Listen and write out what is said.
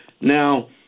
Now